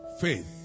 Faith